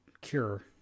cure